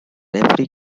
every